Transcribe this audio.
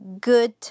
good